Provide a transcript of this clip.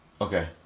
Okay